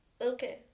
Okay